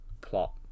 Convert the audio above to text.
plot